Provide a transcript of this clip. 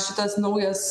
šitas naujas